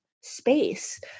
space